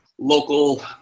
Local